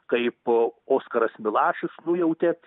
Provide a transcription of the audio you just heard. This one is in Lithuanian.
kaip oskaras milašius nujautė